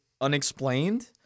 unexplained